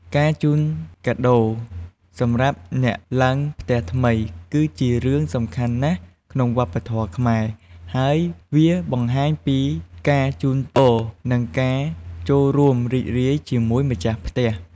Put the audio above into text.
ការជូនកាដូសម្រាប់អ្នកឡើងផ្ទះថ្មី គឺជារឿងសំខាន់ណាស់ក្នុងវប្បធម៌ខ្មែរ ហើយវាបង្ហាញពីការជូនពរ និងការចូលរួមរីករាយជាមួយម្ចាស់ផ្ទះ។